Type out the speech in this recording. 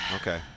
Okay